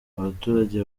abaturage